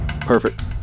Perfect